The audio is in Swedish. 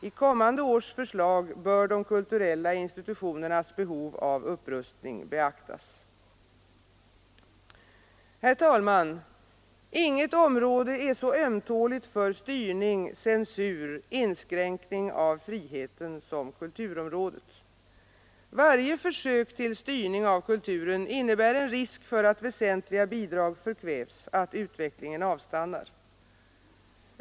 I kommande års förslag bör de kulturella institutionernas behov av upprustning beaktas. Herr talman! Inget område är så ömtåligt för styrning, censur, inskränkning av friheten som kulturområdet. Varje försök till styrning av kulturen innebär en risk för att väsentliga bidrag förkvävs, att utvecklingen avstannar.